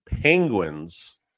Penguins